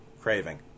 craving